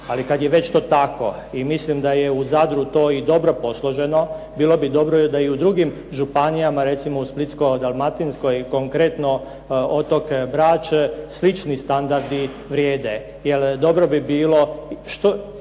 ali kad je već to tako i mislim da je u Zadru to i dobro posloženo, bilo bi dobro da i u drugim županijama, recimo u Splitsko-dalmatinskoj, i konkretno otok Brač, slični standardi vrijede. Jer dobro bi bilo,